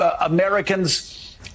Americans